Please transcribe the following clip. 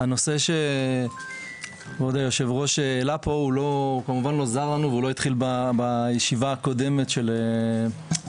לנו והוא לא התחיל בישיבה הקודמת של הוועדה,